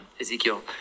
Ezekiel